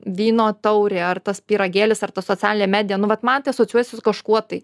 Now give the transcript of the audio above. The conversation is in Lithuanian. vyno taurė ar tas pyragėlis ar ta socialinė medija nu vat man tai asocijuojasi su kažkuo tai